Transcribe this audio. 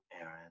Aaron